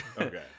Okay